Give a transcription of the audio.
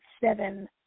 seven